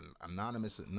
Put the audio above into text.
anonymous